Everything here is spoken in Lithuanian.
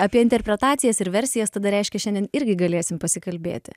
apie interpretacijas ir versijas tada reiškia šiandien irgi galėsim pasikalbėti